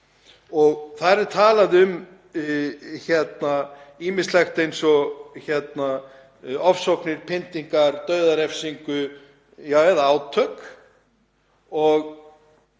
og þar er talað um ýmislegt eins og ofsóknir, pyndingar, dauðarefsingu eða átök.